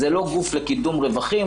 זה לא גוף לקידום רווחים,